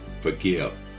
forgive